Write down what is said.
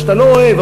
מה שאתה לא אוהב,